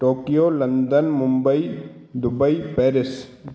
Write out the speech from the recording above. Tokyo London Mumbai Dubai Paris